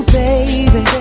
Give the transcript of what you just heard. baby